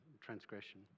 transgression